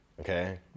Okay